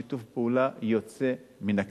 שיתוף פעולה יוצא מן הכלל.